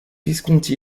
visconti